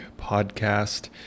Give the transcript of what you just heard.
Podcast